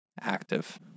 active